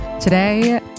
Today